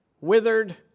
withered